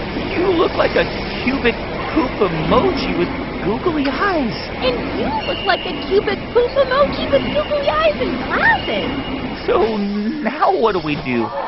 you look like a cubic poop emoji with googly eyes and you look like a cubic poop emoji with googly eyes and glasses so now what do we do?